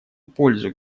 пользу